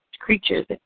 creatures